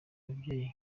ababyeyi